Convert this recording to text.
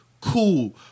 cool